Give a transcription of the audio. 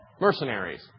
mercenaries